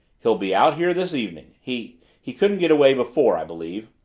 he'll be out here this evening he he couldn't get away before, i believe.